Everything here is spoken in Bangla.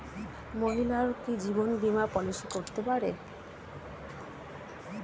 মহিলারাও কি জীবন বীমা পলিসি করতে পারে?